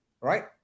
right